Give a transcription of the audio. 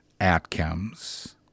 outcomes